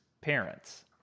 parents